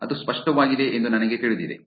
ಅದು ಸ್ಪಷ್ಟವಾಗಿದೆ ಎಂದು ನನಗೆ ತಿಳಿದಿದೆ